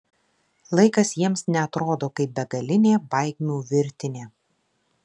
laikas jiems neatrodo kaip begalinė baigmių virtinė